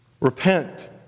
Repent